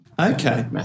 Okay